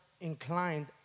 inclined